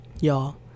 y'all